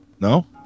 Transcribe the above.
No